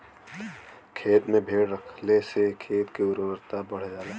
खेते में भेड़ रखले से खेत के उर्वरता बढ़ जाला